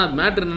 matter